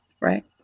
Right